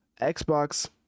xbox